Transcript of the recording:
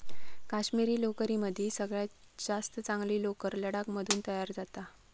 काश्मिरी लोकरीमदी सगळ्यात जास्त चांगली लोकर लडाख मधून तयार जाता